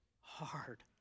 hard